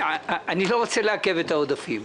לא רוצה לעכב את העודפים,